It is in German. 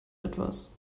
etwas